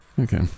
Okay